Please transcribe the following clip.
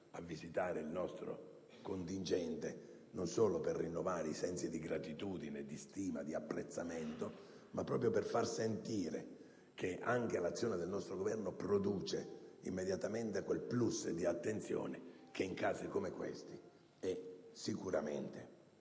a visitare il nostro contingente, non solo per rinnovare il senso di gratitudine, di stima, di apprezzamento, ma proprio per far sentire che anche l'azione del nostro Governo produce immediatamente quel *plus* di attenzione che, in casi come questi, è sicuramente